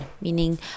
meaning